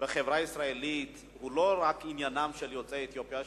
בחברה הישראלית הוא לא רק עניינם של יוצאי אתיופיה,